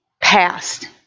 past